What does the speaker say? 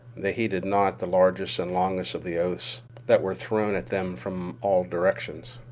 they heeded not the largest and longest of the oaths that were thrown at them from all directions.